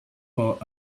for